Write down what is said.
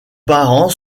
parents